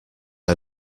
are